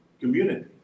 community